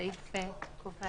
הסעיף קובע חובה.